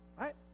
Right